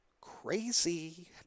crazy